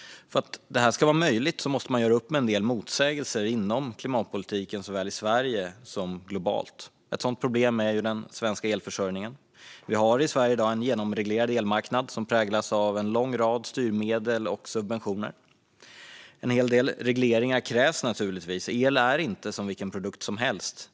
För att detta ska vara möjligt måste man göra upp med en del motsägelser inom klimatpolitiken, såväl i Sverige som globalt. Ett sådant problem är den svenska elförsörjningen. Vi har i Sverige i dag en genomreglerad elmarknad som präglas av en lång rad styrmedel och subventioner. En hel del regleringar krävs naturligtvis. El är inte som vilken produkt som helst.